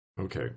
Okay